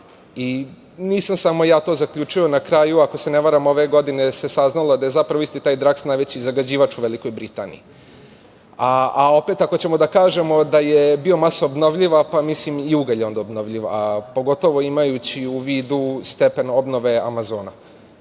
Nisam samo ja to zaključio. Na kraju, ako se ne varam, ove godine se saznalo da je zapravo isti taj „Draks“ najveći zagađivač u Velikoj Britaniji.A opet, ako ćemo da kažemo da je biomasa obnovljiva, mislim, i ugalj je onda obnovljiv, pogotovo imajući u vidu stepen obnove Amazona